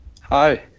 Hi